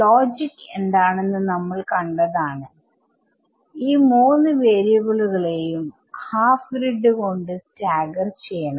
logic എന്താണെന്ന് നമ്മൾ കണ്ടതാണ്ഈ 3 വാരിയബിളുകളെയും ഹാഫ് ഗ്രിഡ്കൊണ്ട് സ്റ്റാഗർ ചെയ്യണം